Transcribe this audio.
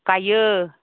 गायो